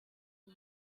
est